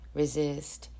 resist